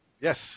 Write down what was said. Yes